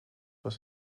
was